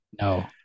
No